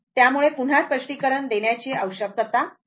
त्यामुळे पुन्हा स्पष्टीकरण देण्याची आवश्यकता नाही